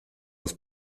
aus